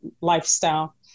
lifestyle